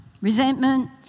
resentment